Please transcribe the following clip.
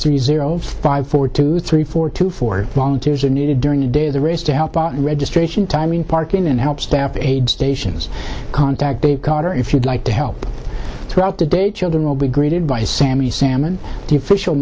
zero five four two three four two four volunteers are needed during the day of the race to help out registration time in parking and help staff aid stations contact or if you'd like to help throughout the day children we'll be greeted by sammy salmon the official